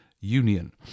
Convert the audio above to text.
Union